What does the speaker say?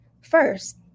First